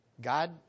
God